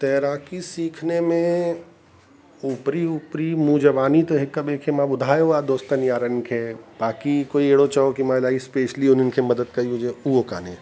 तैराकी सीखने में ऊपरी ऊपरी मुंह ज़बानी त हिक ॿिए खे मां ॿुधायो आहे दोस्तनि यारनि खे बाकी कोई अहिड़ो चओ कि मां इलाही स्पेशली उन्हनि खे मदद कई हुजे उहो कोन्हे